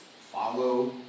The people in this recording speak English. follow